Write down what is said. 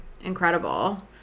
incredible